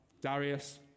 Darius